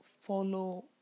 follow